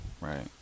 right